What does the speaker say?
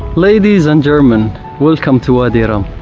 ladies and gentlemen welcome to wadi rum!